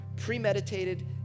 premeditated